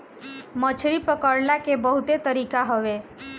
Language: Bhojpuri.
मछरी पकड़ला के बहुते तरीका हवे